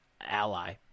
ally